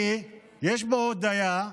כי יש הודאה,